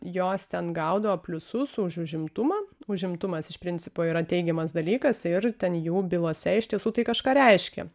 jos ten gaudavo pliusus už užimtumą užimtumas iš principo yra teigiamas dalykas ir ten jų bylose iš tiesų tai kažką reiškia